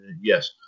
Yes